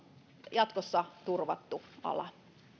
jatkossa turvattu ala